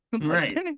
Right